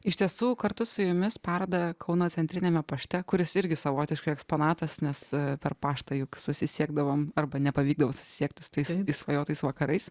iš tiesų kartu su jumis parodą kauno centriniame pašte kuris irgi savotiškai eksponatas nes per paštą juk susisiekdavom arba nepavykdavo susisiekti su tais išsvajotais vakarais